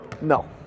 No